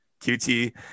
QT